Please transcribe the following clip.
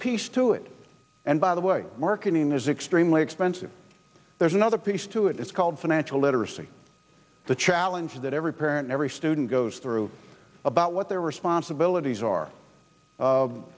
piece to it and by the way marketing is extremely expensive there's another piece to it it's called financial literacy the challenge that every parent every student goes through about what their responsibilities are